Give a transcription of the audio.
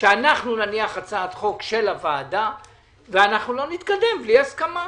שאנחנו נניח הצעת חוק של הוועדה ולא נתקדם בלי הסכמה.